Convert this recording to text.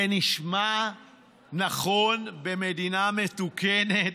זה נשמע נכון במדינה מתוקנת?